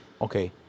Okay